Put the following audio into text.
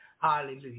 Hallelujah